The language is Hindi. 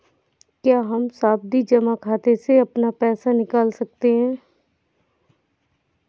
क्या हम सावधि जमा खाते से अपना पैसा निकाल सकते हैं?